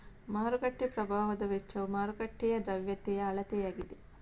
ಮಾರುಕಟ್ಟೆ ಪ್ರಭಾವದ ವೆಚ್ಚವು ಮಾರುಕಟ್ಟೆಯ ದ್ರವ್ಯತೆಯ ಅಳತೆಯಾಗಿದೆ